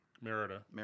Merida